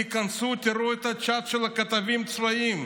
תיכנסו ותראו את הצ'אט של הכתבים הצבאיים,